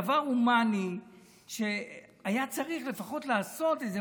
דבר הומני שהיה צריך לפחות לעשות איזה